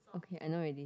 okay I know already